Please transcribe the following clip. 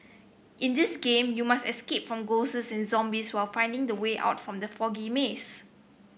in this game you must escape from ghosts and zombies while finding the way out from the foggy maze